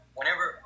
whenever